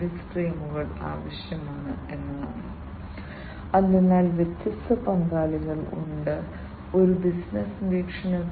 Zephyr Ubuntu Opensuse Ublinux Archlinux Androidthing ഇവ smart സെൻസറുകളിലും ആക്യുവേറ്ററുകളിലും ഉപയോഗിക്കുന്ന വ്യത്യസ്ത ഓപ്പറേറ്റിംഗ് സിസ്റ്റങ്ങളിൽ ചിലതാണ്